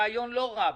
אין אח ורע לדבר הזה.